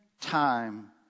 time